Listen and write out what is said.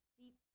deep